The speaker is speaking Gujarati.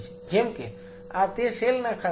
જેમ કે આ તે સેલ ના ખાનાઓ છે